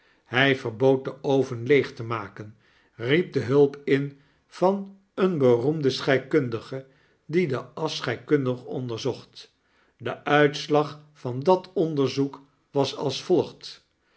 hy verbood den oven leeg te maken riep dehulp in van een beroemden scheikundige die de asch scheikundig onderzocht de uitslag van dat onderzoek was als volgt